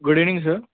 good evening sir